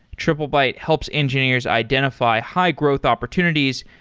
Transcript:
triplebyte helps engineers identify high-growth opportunities,